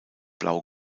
blau